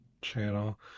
channel